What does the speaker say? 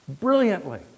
brilliantly